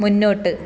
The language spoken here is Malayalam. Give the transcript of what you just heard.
മുന്നോട്ട്